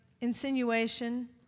insinuation